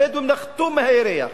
הבדואים נחתו מהירח.